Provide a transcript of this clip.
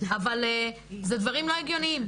אבל אלה דברים לא הגיוניים.